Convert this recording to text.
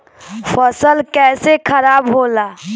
फसल कैसे खाराब होला?